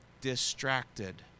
distracted